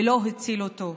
ולא הציל אותו.